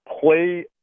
play